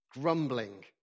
grumbling